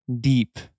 deep